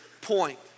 point